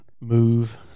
move